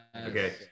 Okay